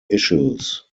issues